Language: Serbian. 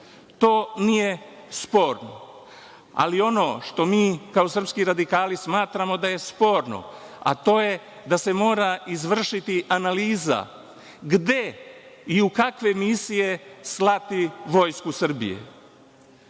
To nije sporno. Ali ono što mi kao srpski radikali smatramo da je sporno, a to je da se mora izvršiti analiza gde i u kakve misije slati Vojsku Srbije. Srbija